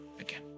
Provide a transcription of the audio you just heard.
again